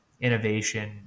innovation